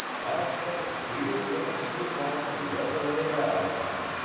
i've got the sweetest little suit of armor you ever laid eyes on,